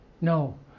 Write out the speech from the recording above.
No